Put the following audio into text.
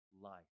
life